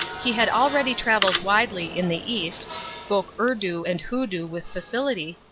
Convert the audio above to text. he had already travelled widely in the east, spoke urdu and hoodoo with facility,